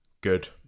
Good